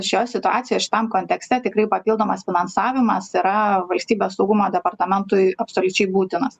šioje situacijoje šitam kontekste tikrai papildomas finansavimas yra valstybės saugumo departamentui absoliučiai būtinas